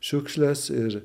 šiukšles ir